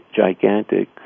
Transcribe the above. gigantic